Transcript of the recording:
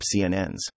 CNNs